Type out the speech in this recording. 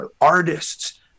artists